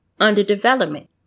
underdevelopment